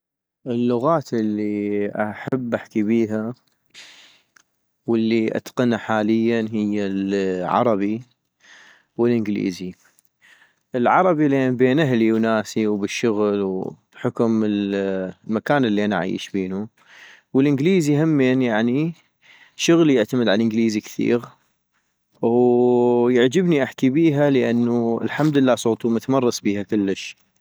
اللغات الي أحب احكي بيها والي اتقنا حالياً هي العربي والانجليزي - العربي لان بين اهلي وناسي وبالشغل وبحكم المكان الي أنا عيش بينو - والانجليزي همين يعني شغلي يعتمد عالانكليزي كثيغ، ويعجبني احكي بيها لانو الحمد لله صغتو متمرس بيها كلش